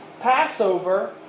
Passover